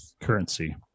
currency